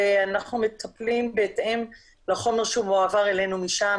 ואנחנו מטפלים בהתאם לחומר שמועבר אלינו משם,